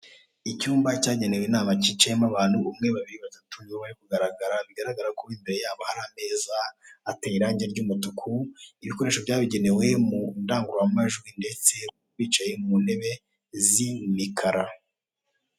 Icyumba cyagenewe inama kicayemo abantu umwe, babiri, batatu nibo bari kugaragara, bigaragara ko imbere yabo hari ameza hateye irange ry'umutuku ibikoresho byabugenewe mu ndangururamajwi ndetse bicaye mu ntebe z'imikara.